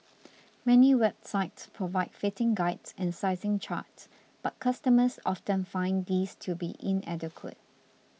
many websites provide fitting guides and sizing charts but customers often find these to be inadequate